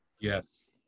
Yes